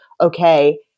okay